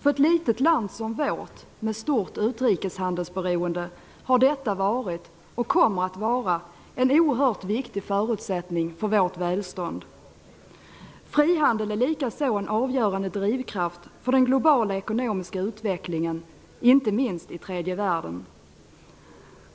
För ett litet land som vårt, med stort utrikeshandelsberoende, har detta varit - och kommer att vara - en oerhört viktig förutsättning för vårt välstånd. Frihandel är likaså en avgörande drivkraft för den globala ekonomiska utvecklingen - inte minst i tredje världen.